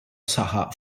saħaq